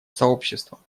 сообщества